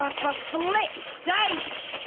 ah for flip's sake!